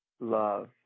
love